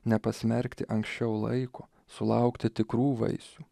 nepasmerkti anksčiau laiko sulaukti tikrų vaisių